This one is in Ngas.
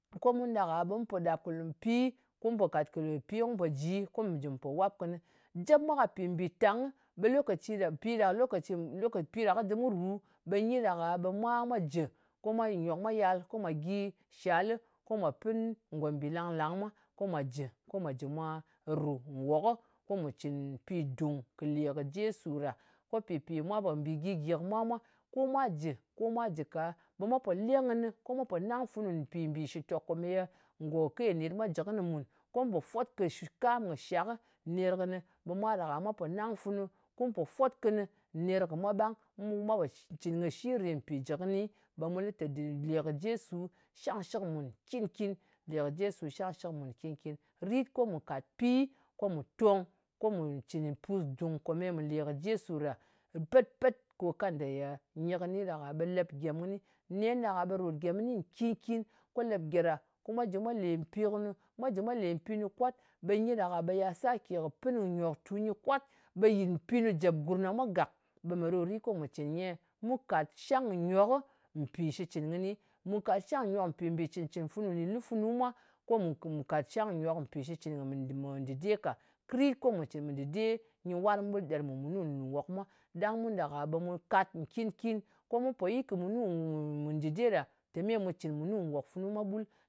Ko mun ɗak-a ɓe mu pò ɗap kɨ pi, ko mu po ji ko mu pò wap kɨnɨ. Jep mwa ka pì mbìtàng ɓe lokaci ɗa, pi ɗa lokaci, lokacai ɗa, pi ɗa kɨ dɨm kɨ ru ɓe nyi ɗak-a ɓe mwa mwā jɨ ko mwa mwa nyòk mwa yal ko mwa gyi shalɨ. Ko mwà pin ngòmbì lang-lāng mwa jɨ ko mwa jɨ mwa rù nwok, ko mù cɨ̀n pìdùng kɨ lè kɨ jesu ɗa. Ko mpì mwa pò mbì gyi-gyì kɨ mwa mwā, ɓe ko mwa jɨ, ko mwa jɨ ka, ɓe mwa po leng funu, ko mwa po nang funu mpì mbì shitòk kòmèye ngo kenet mwa jɨ kɨnɨ mùn, ko mu pò fwot kɨ kam kɨ shak ner kɨnɨ. Ɓe mwa ɗak-a ɓe mwa po nang funu, ko mu pò fwot kɨnɨ ner kɨnɨ. Ɓe mwa ɗak-a ɓe mwa pò nang funu, kum po fwot kɨnɨ ner kɨ mwa ɓang. Mu mwa pò cɨn kɨ shiri mpì jɨ kɨni, ɓe mù lɨ tè lè kɨ jesu shangshɨk mùn nkìn-kin. Lè kɨ jesu shang shɨk mùn nkìn-kin. Rit ko mù kat pi ko mù tong ko mù cɨn pusdung kò ye mɨ lè kɨ jesu ɗa pet-pet. Ko kanda ye nyi kɨni ɗak-a ɓe lep gyem kɨni. Nen ɗak-a ɓe ròt gyèm kɨni nkìn-kin. Ko lep gye ɗa, ko mwa jɨ mwa lè mpì kɨnu. Mwa jɨ̀ mwa lè mpinu kwat. Ɓe nyi ɗak-a ɓe ya sake kɨ pɨn kɨ nyoktu nyɨ mpìnu kwat, ɓe yɨt mpinu jèp gurm ɗa mwa gàk. Ɓe mè ɗo rit ko mù cɨn nyi-e? Mu kàt shangkɨnyok mpì shitcɨn kɨni. Mù kàt shangkɨnyok mpì mbì cɨn-cɨn funu nɗin lu funu mwa, ko mu mù kat shangkɨnyok mpì shitcɨn kɨ mu dɨde ka. Kɨ rit ko mù cɨn mɨ dɨde nyɨ warng ɓul ɗel mùnu nwok mwa. Ɗang mun ɗak-a ɓe mu kat nkin-kin. Ko mu pò yɨt kɨ mu mu mɨ dɨde ɗa. Tè me mu cɨn mùnu nwòk funu mwa ɓul.